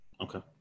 Okay